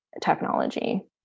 technology